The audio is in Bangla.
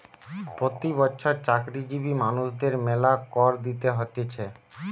প্রতি বছর চাকরিজীবী মানুষদের মেলা কর দিতে হতিছে